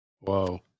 Whoa